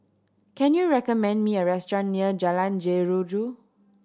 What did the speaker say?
can you recommend me a restaurant near Jalan Jeruju